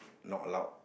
not allowed